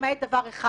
למעט דבר אחד